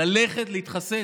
ללכת להתחסן,